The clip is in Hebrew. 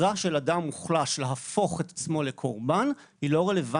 הבחירה של אדם מוחלש להפוך את עצמו לקורבן היא לא רלוונטית